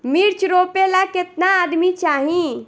मिर्च रोपेला केतना आदमी चाही?